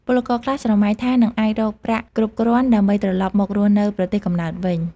ពលករខ្លះស្រមៃថានឹងអាចរកប្រាក់គ្រប់គ្រាន់ដើម្បីត្រឡប់មករស់នៅប្រទេសកំណើតវិញ។